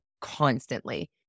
constantly